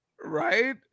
Right